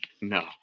no